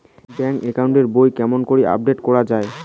Bank account এর বই কেমন করি আপডেট করা য়ায়?